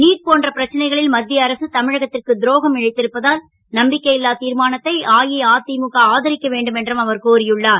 NEET போன்ற பிரச்சனைகளில் மத் ய அரசு தமிழகத் ற்கு துரோகம் இழைத் ருப்பதால் நம்பிக்கை ல்லா திர்மானத்தை அஇஅ க ஆதரிக்க வேண்டும் என்றும் அவர் கோரியுள்ளார்